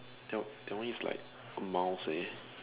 to to me is like a mouse eh